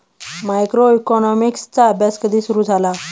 मायक्रोइकॉनॉमिक्सचा अभ्यास कधी सुरु झाला?